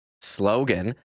slogan